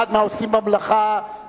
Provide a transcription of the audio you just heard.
אחד מהעושים במלאכה,